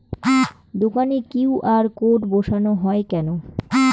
দোকানে QR code বসানো হয় কেন?